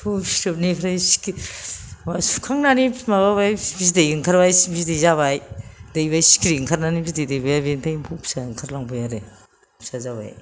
एम्फौ फिथोबनिफ्राय सिथोब सुखांनानै माबाबाय बिदै ओंखारबाय बिदै जाबाय दैबाय सिख्रि आंखारनानै बिदै दैबाय बेनिफ्राय एम्फौ फिसा ओंखारलांबाय आरो फिसा जाबाय